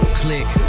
click